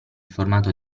formato